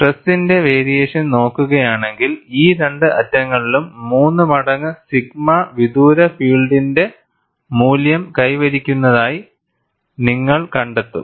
സ്ട്രെസ്സ്സിന്റെ variation നോക്കുകയാണെങ്കിൽ ഈ രണ്ട് അറ്റങ്ങളിലും 3 മടങ്ങ് സിഗ്മ വിദൂര ഫീൽഡിന്റെ മൂല്യം കൈവരിക്കുന്നതായി നിങ്ങൾ കണ്ടെത്തും